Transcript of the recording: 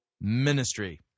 Ministry